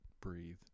breathe